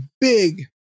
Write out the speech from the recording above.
big